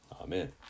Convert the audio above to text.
Amen